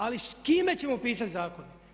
Ali s kime ćemo pisati zakone?